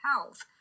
health